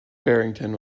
barrington